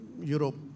Europe